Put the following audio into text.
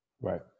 Right